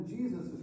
Jesus